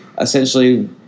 essentially